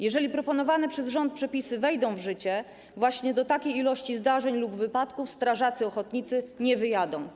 Jeżeli proponowane przez rząd przepisy wejdą w życie, właśnie do takiej ilości zdarzeń lub wypadków strażacy ochotnicy nie wyjadą.